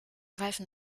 reifen